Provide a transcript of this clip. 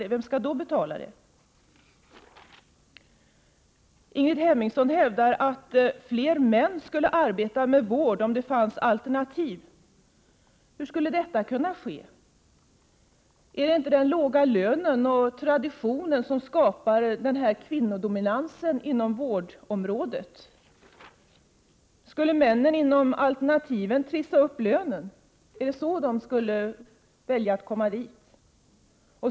Men vem skall betala? Ingrid Hemmingsson hävdade att fler män skulle arbeta med vård, om det fanns alternativ. Hur skulle detta kunna ske? Är det inte den låga lönen och traditionen som skapar kvinnodominansen på vårdområdet? Skulle männen trissa upp lönen, om alternativen förverkligades? Är det därför de skulle välja att komma dit?